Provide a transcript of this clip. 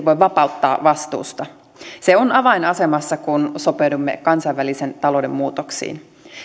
voi vapauttaa vastuusta se on avainasemassa kun sopeudumme kansainvälisen talouden muutoksiin